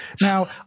now